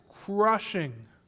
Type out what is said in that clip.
crushing